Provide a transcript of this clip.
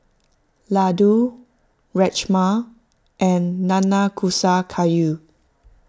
Ladoo Rajma and Nanakusa Gayu